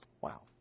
Wow